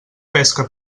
pesca